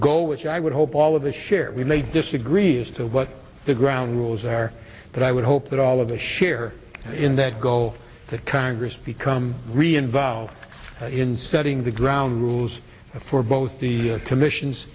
goal which i would hope all of us share we may disagree as to what the ground rules are but i would hope that all of a share in that goal the congress become really involved in setting the ground rules for both the commissions